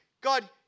God